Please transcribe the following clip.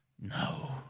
no